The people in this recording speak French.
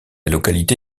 localité